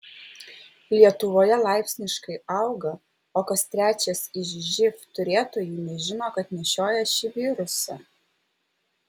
lietuvoje laipsniškai auga o kas trečias iš živ turėtojų nežino kad nešioja šį virusą